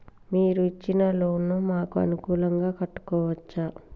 మీరు ఇచ్చిన లోన్ ను మాకు అనుకూలంగా కట్టుకోవచ్చా?